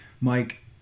Mike